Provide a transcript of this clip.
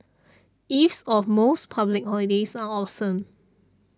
eves of most public holidays are awesome